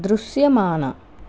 దృశ్యమాన